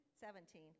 seventeen